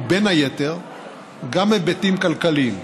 ובין היתר היבטים כלכליים.